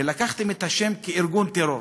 ולקחתם את השם כארגון טרור.